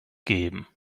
geben